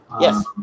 Yes